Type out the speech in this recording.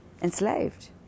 Enslaved